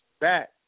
back